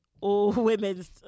all-women's